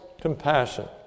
compassion